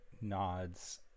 nods